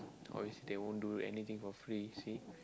obviously they won't do anything for free see